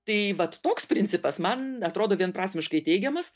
tai vat toks principas man atrodo vienprasmiškai teigiamas